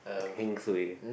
heng suay